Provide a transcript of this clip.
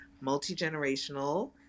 multi-generational